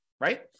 right